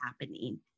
happening